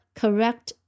correct